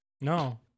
No